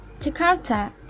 Jakarta